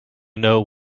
know